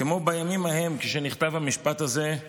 כמו בימים ההם, כשנכתב המשפט הזה,